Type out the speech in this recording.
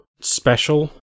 special